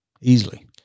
Easily